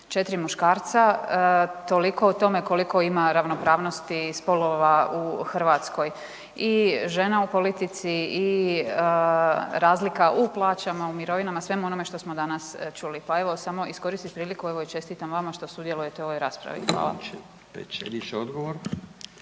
22 i 4 muškarca, toliko o tome koliko ima ravnopravnosti spolova u Hrvatskoj i žena u politici i razlika u plaćama, mirovinama svemu onome što smo danas čuli. Pa evo samo koristim priliku evo i čestitam vama što sudjelujete u ovoj raspravi. Hvala.